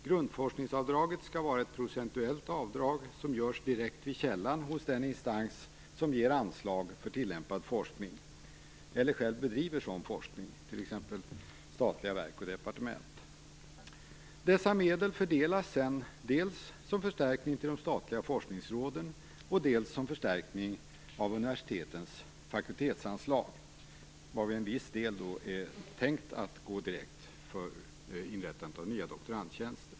Grundforskningsavdraget skall vara ett procentuellt avdrag som görs direkt vid källan hos den instans som ger anslag för tillämpad forskning eller som själv bedriver sådan forskning, t.ex. vissa statliga verk och departement. Dessa medel fördelas sedan dels som förstärkning till de statliga forskningsråden, dels som förstärkning av universitetens fakultetsanslag, varvid en viss del är tänkt att gå till inrättande av nya doktorandtjänster.